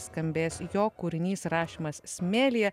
skambės jo kūrinys rašymas smėlyje